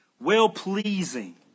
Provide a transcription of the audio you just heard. well-pleasing